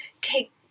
take